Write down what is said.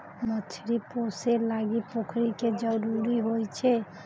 मछरी पोशे लागी पोखरि के जरूरी होइ छै